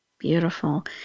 Beautiful